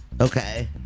Okay